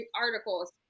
articles